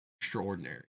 extraordinary